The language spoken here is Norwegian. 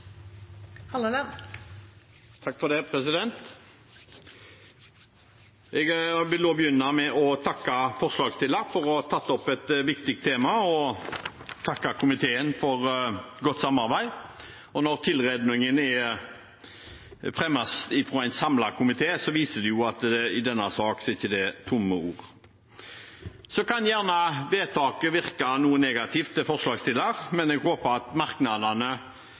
Jeg vil begynne med å takke forslagsstilleren for å ha tatt opp et viktig tema og takke komiteen for godt samarbeid. Når tilrådingen fremmes fra en samlet komité, viser det at i denne saken er det ikke tomme ord. Så kan gjerne vedtaket virke noe negativt for forslagsstilleren, men jeg håper at merknadene